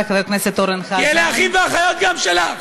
כי אלה האחים והאחיות גם שלך.